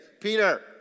Peter